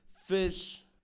fish